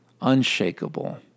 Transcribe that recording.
unshakable